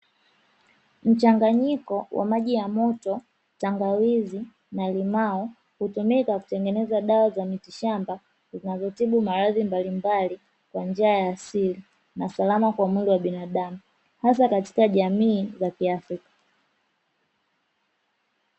Mchanganyiko wa maji ya moto, tangawizi na limao, hutumika kutengeneza dawa za miti shamba zinazotibu maradhi mbalimbali kwa njia asili, na salama katika mwili wa binadamu, hasa katika jamii za Afrika.